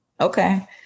okay